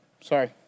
Sorry